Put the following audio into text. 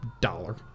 dollar